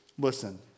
Listen